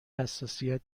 حساسیت